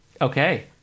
Okay